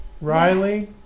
riley